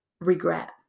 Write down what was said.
regret